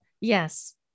Yes